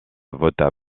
vota